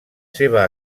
seva